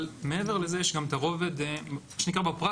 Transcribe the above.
אבל מעבר לזה יש גם את מה שנקרא בפרקטיקה,